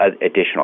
additional